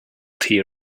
tea